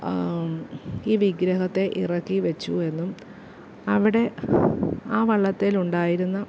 ഈ വിഗ്രഹത്തെ ഇറക്കി വെച്ചുവെന്നും അവിടെ ആ വള്ളത്തേലുണ്ടായിരുന്ന